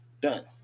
done